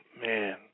man